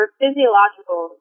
physiological